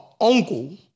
uncle